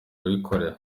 abikorera